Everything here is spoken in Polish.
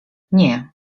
nie